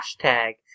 hashtag